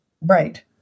Right